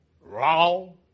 Wrong